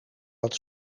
dat